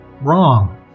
Wrong